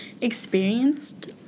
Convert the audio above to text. experienced